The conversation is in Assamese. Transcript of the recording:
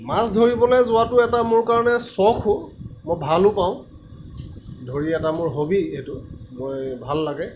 মাছ ধৰিবলৈ যোৱাটো এটা মোৰ কাৰণে চখো মই ভালো পাওঁ ধৰি এটা মোৰ হবি এইটো মই ভাল লাগে